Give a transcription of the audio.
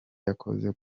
yakoze